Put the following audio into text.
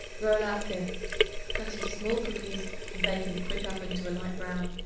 roll out thin cut into small cookies and bake in a quick oven to a light brown